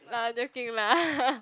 no I'm joking lah